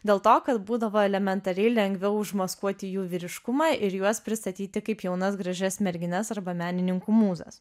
dėl to kad būdavo elementariai lengviau užmaskuoti jų vyriškumą ir juos pristatyti kaip jaunas gražias merginas arba menininkų mūzas